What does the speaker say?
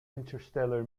interstellar